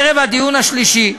ערב הדיון השלישי,